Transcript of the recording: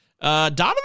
Donovan